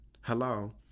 Hello